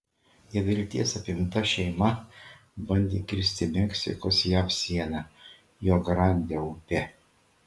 nevilties apimta šeima bandė kirsti meksikos jav sieną rio grande upe